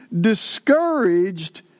discouraged